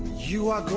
you are,